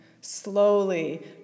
slowly